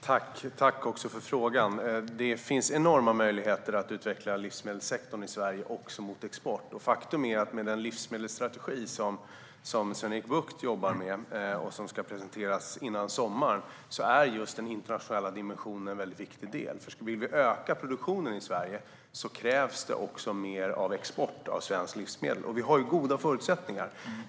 Herr talman! Jag tackar för frågan. Det finns enorma möjligheter att utveckla livsmedelssektorn i Sverige också mot export. Faktum är att den internationella dimensionen är en viktig del i den livsmedelsstrategi som Sven-Erik Bucht jobbar med och som ska presenteras före sommaren. Vill vi öka produktionen i Sverige krävs det mer export av svenska livsmedel. Vi har goda förutsättningar.